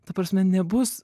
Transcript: ta prasme nebus